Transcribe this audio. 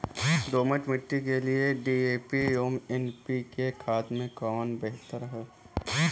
दोमट मिट्टी के लिए डी.ए.पी एवं एन.पी.के खाद में कौन बेहतर है?